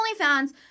OnlyFans